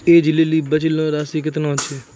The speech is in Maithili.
ऐज लेली बचलो राशि केतना छै?